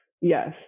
Yes